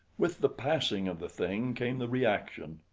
with the passing of the thing, came the reaction.